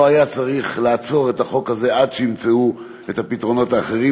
לא היה צריך לעצור את החוק הזה עד שימצאו את הפתרונות האחרים,